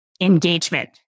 engagement